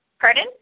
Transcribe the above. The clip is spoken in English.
Pardon